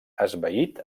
esvaït